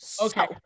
Okay